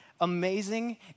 amazing